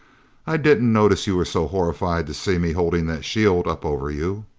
i didn't notice you were so horrified to see me holding that shield up over you!